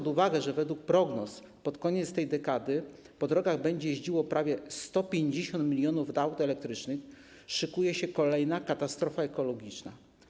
Z uwagi na fakt, że według prognoz pod koniec tej dekady po drogach będzie jeździło prawie 150 mln aut elektrycznych, szykuje się kolejna katastrofa ekologiczna.